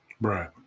Right